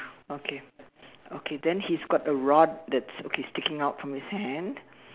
okay okay then he's got a rod that is okay sticking out from his hand